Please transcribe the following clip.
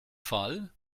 fall